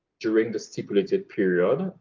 during the stipulated period.